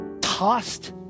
Tossed